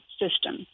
system